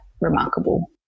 remarkable